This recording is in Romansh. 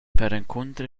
perencunter